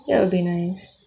that will be nice